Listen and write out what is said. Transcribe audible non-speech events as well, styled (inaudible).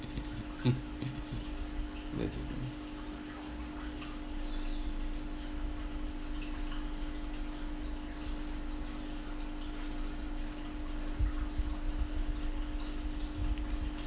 (laughs) that's the thing